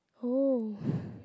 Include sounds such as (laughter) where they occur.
oh (breath)